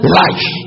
life